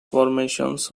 formations